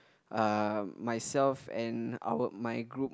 uh myself and our my group